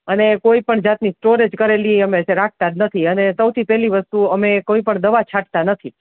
અને કોઈપણ જાતની સ્ટોરેજ કરેલી અમે રાખતા નથી અને સૌથી પેલી વસ્તુ અમે કોઈ પણ દવા છાંટતા નથી